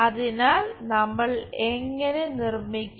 അതിനാൽ നമ്മൾ എങ്ങനെ നിർമ്മിക്കും